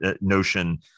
notion